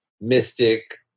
Mystic